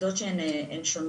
יחידות שהן שונות.